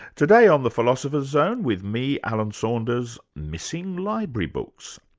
today on the philosopher's zone with me, alan saunders, missing library books,